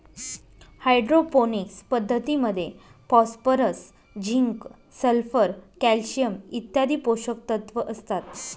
hydroponics पद्धतीमध्ये phosphorus, zinc, sulphur, calcium इत्यादी पोषकतत्व असतात